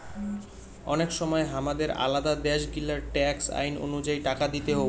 অনেক সময় হামাদের আলাদা দ্যাশ গিলার ট্যাক্স আইন অনুযায়ী টাকা দিতে হউ